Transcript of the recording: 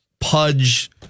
Pudge